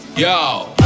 Yo